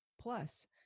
Plus